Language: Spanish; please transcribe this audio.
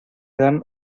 dan